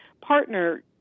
partner